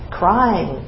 crying